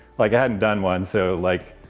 like, i hadn't done one. so like,